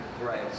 right